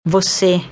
Você